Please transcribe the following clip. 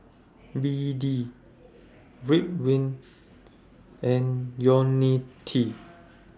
B D Ridwind and Ionil T